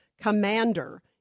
commander